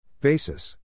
Basis